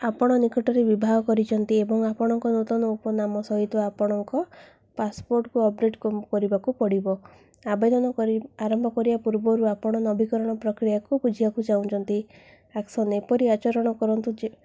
ଆପଣ ନିକଟରେ ବିବାହ କରିଛନ୍ତି ଏବଂ ଆପଣଙ୍କ ନୂତନ ଉପନାମ ସହିତ ଆପଣଙ୍କ ପାସପୋର୍ଟକୁ ଅପଡ଼େଟ୍ କରିବାକୁ ପଡ଼ିବ ଆବେଦନ କରି ଆରମ୍ଭ କରିବା ପୂର୍ବରୁ ଆପଣ ନବୀକରଣ ପ୍ରକ୍ରିୟାକୁ ବୁଝିବାକୁ ଚାହୁଁଛନ୍ତି ଆକ୍ସନ୍ ଆପଣ ଏପରି ଆଚରଣ କରନ୍ତୁ ଯେ